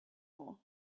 more